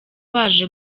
baje